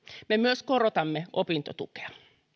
me myös korotamme opintotukea